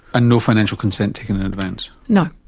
ah no financial consent taken in advance? no,